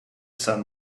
sun